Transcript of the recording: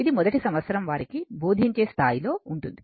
ఇది మొదటి సంవత్సరం వారికి బోధించే స్థాయిలో ఉంటుంది